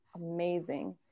amazing